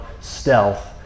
stealth